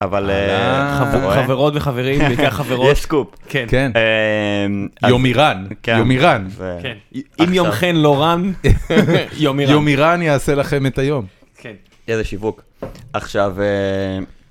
אבל חברות וחברים בעיקר חברות, יש סקופ. יומי רן. יומי רן. אם יום חן לא רן, יומי רן. יומי רן יעשה לכם את היום. איזה שיווק. עכשיו